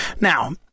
now